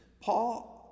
Paul